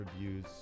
reviews